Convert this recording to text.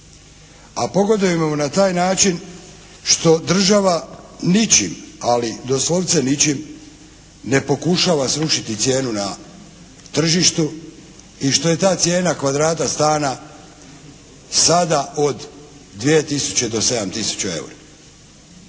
a pogodujemo joj na taj način što država ničim, ali doslovce ničim ne pokušava srušiti cijenu na tržištu i što je ta cijena kvadrata stana sada od 2 tisuće